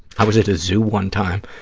i was at a zoo one time,